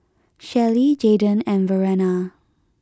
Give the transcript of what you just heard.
Shelli Jaydon and Verena